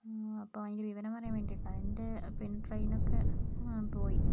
അഹ് അപ്പോൾ അതിൻ്റെ വിവരം പറയാൻ വേണ്ടിട്ട എൻറ്റെ പിൻ ട്രെയിൻ ഒക്കെ പോയി